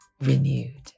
renewed